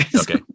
Okay